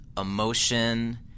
emotion